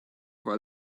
while